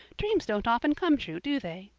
dreams don't often come true, do they?